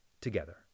together